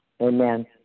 Amen